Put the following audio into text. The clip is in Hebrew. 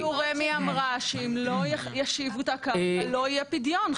אפילו רמ"י אמרה שאם לא ישיבו את הקרקע לא יהיה פדיון.